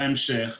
בהמשך,